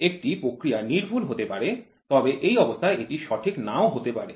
একটি প্রক্রিয়া সূক্ষ্ম হতে পারে তবে এই অবস্থায় এটি সঠিক নাও হতে পারে